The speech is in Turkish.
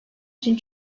için